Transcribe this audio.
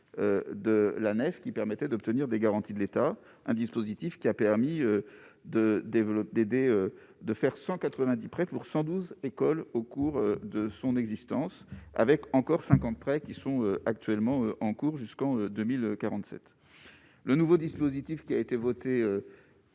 de la nef, qui permettait d'obtenir des garanties de l'État, un dispositif qui a permis de développer, d'aider, de faire 190 prêtre pour 112 écoles au cours de son existence, avec encore 50 près qui sont actuellement en cours jusqu'en 2047, le nouveau dispositif qui a été votée.